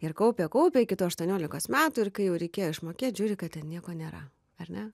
ir kaupė kaupė iki tų aštuoniolikos metų ir kai jau reikėjo išmokėt žiūri kad ten nieko nėra ar ne